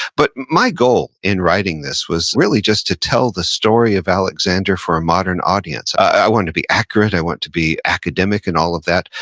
but my goal in writing this was really just to tell the story of alexander for a modern audience. i wanted to be accurate, i wanted to be academic and all of that,